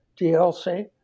DLC